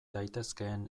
daitezkeen